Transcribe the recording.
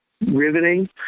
riveting